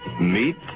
Meet